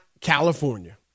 California